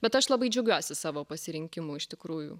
bet aš labai džiaugiuosi savo pasirinkimu iš tikrųjų